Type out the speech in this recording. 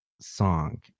song